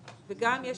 ויש גם הרחבה,